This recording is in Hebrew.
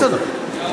עשר דקות.